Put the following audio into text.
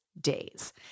days